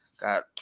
got